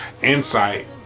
insight